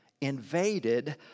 invaded